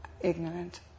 ignorant